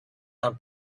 and